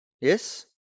Yes